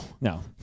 no